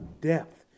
depth